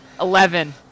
Eleven